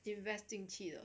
invest 进去的